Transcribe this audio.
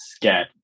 get